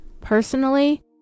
personally